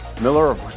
Miller